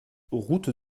route